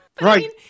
Right